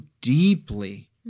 deeply